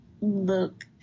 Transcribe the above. look